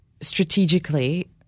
strategically